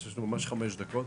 ויש לנו ממש חמש דקות.